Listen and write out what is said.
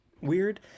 weird